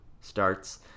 starts